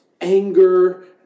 anger